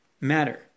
matter